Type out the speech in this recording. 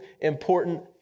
important